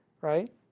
right